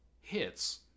hits